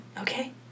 Okay